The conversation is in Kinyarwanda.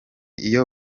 iyo